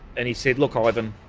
and he said, look ah ivan,